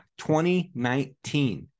2019